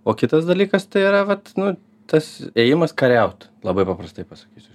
o kitas dalykas tai yra vat nu tas ėjimas kariaut labai paprastai pasakysiu